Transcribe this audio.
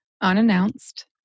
unannounced